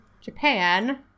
Japan